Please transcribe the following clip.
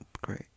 great